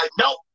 nope